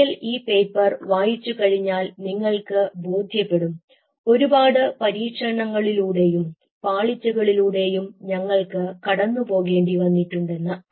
ഒരിക്കൽ ഈ പേപ്പർ വായിച്ചു കഴിഞ്ഞാൽ നിങ്ങൾക്ക് ബോധ്യപ്പെടും ഒരുപാട് പരീക്ഷണങ്ങളിലൂടെയും പാളിച്ചകളിലൂടെയും ഞങ്ങൾക്ക് കടന്നുപോകേണ്ടിവന്നിട്ടുണ്ടെന്ന്